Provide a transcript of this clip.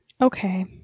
okay